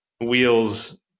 wheels